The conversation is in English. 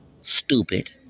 stupid